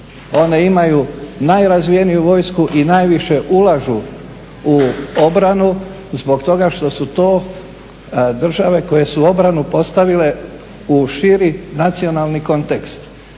one imaju najrazvijeniju vojsku i najviše ulažu u obranu zbog toga što su to države koje su obranu postavile u širi nacionalni kontekst.